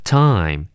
time